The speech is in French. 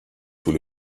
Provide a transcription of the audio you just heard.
sous